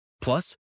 Plus